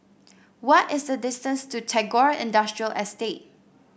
what is the distance to Tagore Industrial Estate